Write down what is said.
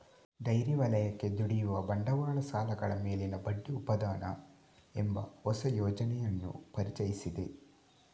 dairy ವಲಯಕ್ಕೆ ದುಡಿಯುವ ಬಂಡವಾಳ ಸಾಲಗಳ ಮೇಲಿನ ಬಡ್ಡಿ ಉಪಾದಾನ ಎಂಬ ಹೊಸ ಯೋಜನೆಯನ್ನು ಪರಿಚಯಿಸಿದೆ